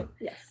Yes